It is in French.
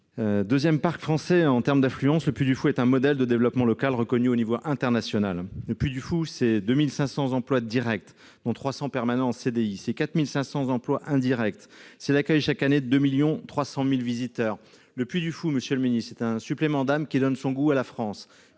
Deuxième parc français en termes d'affluence, le Puy du Fou est un modèle de développement local reconnu au niveau international. Le Puy du Fou, c'est 2 500 emplois directs, dont 300 permanents en CDI ; c'est 4 500 emplois indirects ; c'est l'accueil, chaque année, de 2,3 millions de visiteurs. Le Puy du Fou, c'est un supplément d'âme qui donne son goût à la France